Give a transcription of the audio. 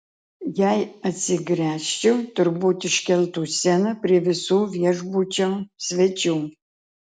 jei atsigręžčiau turbūt iškeltų sceną prie visų viešbučio svečių